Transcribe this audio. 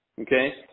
Okay